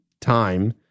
time